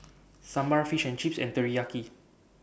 Sambar Fish and Chips and Teriyaki